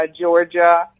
Georgia